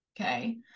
okay